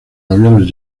aviones